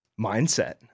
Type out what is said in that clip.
mindset